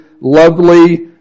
lovely